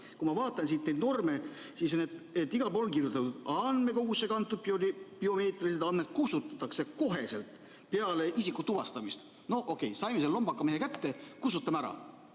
kui ma vaatan siit neid norme, siis on igal pool kirjutatud: andmekogusse kantud biomeetrilised andmed kustutatakse kohe peale isiku tuvastamist. Noh, okei, saime selle lombaka mehe käte, kustutame